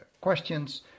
questions